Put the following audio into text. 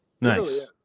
nice